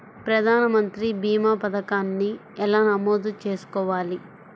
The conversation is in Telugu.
ప్రధాన మంత్రి భీమా పతకాన్ని ఎలా నమోదు చేసుకోవాలి?